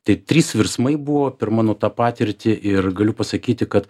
tai trys virsmai buvo per mano tą patirtį ir galiu pasakyti kad